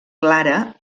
clara